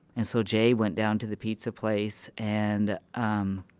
and so, j went down to the pizza place and, um,